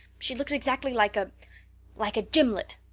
she looks exactly like a like a gimlet.